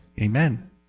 Amen